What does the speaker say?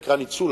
נקרא ניצול,